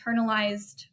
internalized